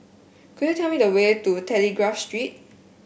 could you tell me the way to Telegraph Street